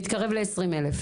מתקרב ל-20,000.